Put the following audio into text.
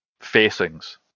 facings